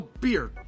Beer